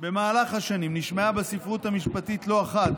במהלך השנים נשמעה בספרות המשפטית לא אחת